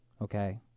okay